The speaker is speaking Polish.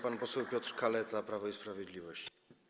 Pan poseł Piotr Kaleta, Prawo i Sprawiedliwość.